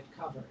cover